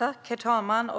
Herr talman!